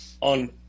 on